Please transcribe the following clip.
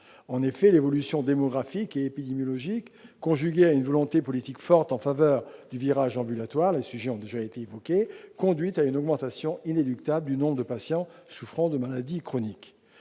En effet, l'évolution démographique et épidémiologique conjuguée à une volonté politique forte en faveur du virage ambulatoire- ces sujets ont déjà été évoqués -conduit à une augmentation inéluctable du nombre de patients souffrant de maladies chroniques.